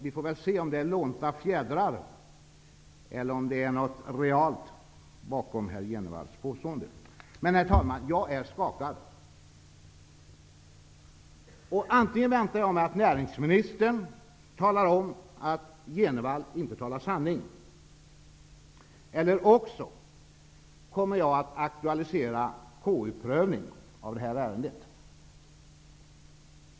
Vi får väl se om det är lånta fjädrar eller något realt bakom herr Men, herr talman, jag är skakad. Antingen måste näringsministern säga att Jenevall inte talar sanning eller också kommer jag att aktualisera en KU prövning av det här ärendet.